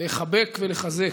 לחבק ולחזק,